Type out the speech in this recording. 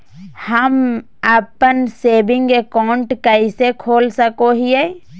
हम अप्पन saving account कइसे खोल सको हियै?